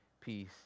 peace